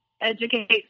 educate